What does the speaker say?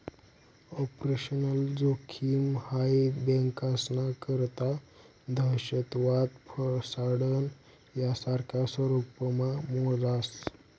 operational जोखिम हाई बँकास्ना करता दहशतवाद, फसाडणं, यासारखा स्वरुपमा मोजास